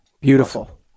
Beautiful